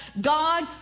God